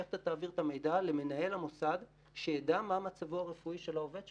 איך אתה תעביר את המידע למנהל המוסד שידע מה מצבו הרפואי של העובד שלו?